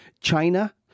China